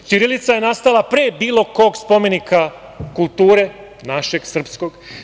Ćirilica je nastala pre bilo kod spomenika kulture, našeg srpskog.